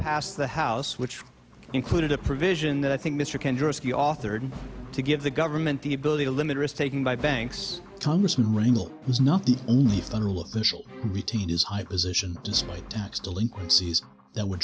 passed the house which included a provision that i think mr kanjorski authored to give the government the ability to limit risk taking by banks congressman rangle was not the only federal official retain his high position despite tax delinquencies that would